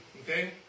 okay